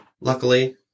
luckily